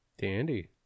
Dandy